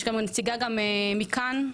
הנציגה מ"כאן"